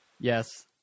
Yes